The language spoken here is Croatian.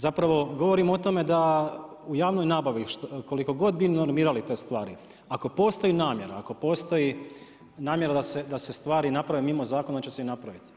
Zapravo govorim o tome da u javnoj nabavi koliko god bi vi normirali te stvari, ako postoji namjera, ako postoji namjera da se stvari naprave mimo zakona onda će se i napraviti.